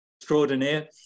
extraordinaire